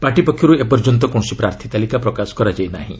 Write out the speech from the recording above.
party ପକ୍ଷର୍ ଏପର୍ଯ୍ୟନ୍ତ କୌଣସି ପ୍ରାର୍ଥୀ ତାଲିକା ପ୍ରକାଶ କରାଯାଇ ନାହିଁ